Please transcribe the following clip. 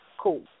cool